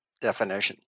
definition